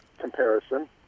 comparison